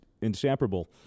inseparable